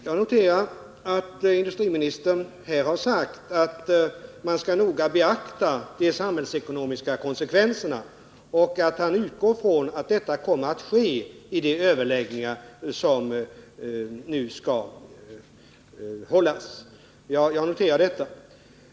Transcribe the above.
Jag noterar att industriministern här har sagt att man skall noga beakta de samhällsekonomiska konsekvenserna och att han utgår från att detta kommer att ske under de överläggningar som nu skall hållas.